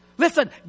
Listen